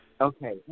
Okay